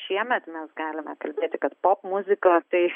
šiemet mes galime kalbėti kad popmuzika tai